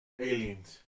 aliens